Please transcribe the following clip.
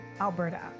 Alberta